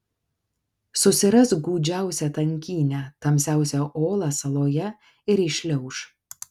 susiras gūdžiausią tankynę tamsiausią olą saloje ir įšliauš